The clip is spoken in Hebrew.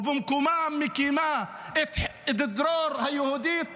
ומקימה את דרור היהודי,